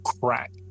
crack